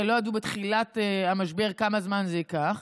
הרי לא ידעו בתחילת המשבר כמה זמן זה ייקח,